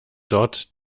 dort